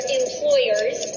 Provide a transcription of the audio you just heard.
employers